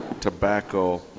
tobacco